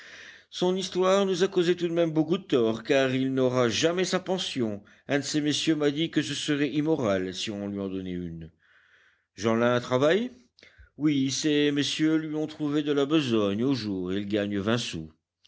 son histoire nous a causé tout de même beaucoup de tort car il n'aura jamais sa pension un de ces messieurs m'a dit que ce serait immoral si on lui en donnait une jeanlin travaille oui ces messieurs lui ont trouvé de la besogne au jour il gagne vingt sous